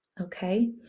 okay